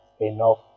enough